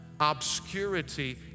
obscurity